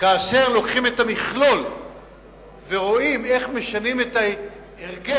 כאשר לוקחים את המכלול ורואים איך משנים את ההרגל,